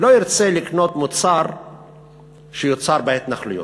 לא ירצה לקנות מוצר שיוצר בהתנחלויות,